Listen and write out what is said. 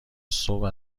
صبح